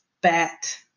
bat